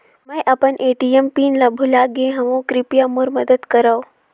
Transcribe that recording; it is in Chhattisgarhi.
मैं अपन ए.टी.एम पिन ल भुला गे हवों, कृपया मोर मदद करव